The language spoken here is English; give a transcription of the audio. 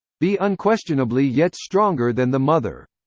be unquestionably yet stronger than the mother.